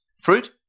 fruit